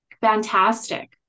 fantastic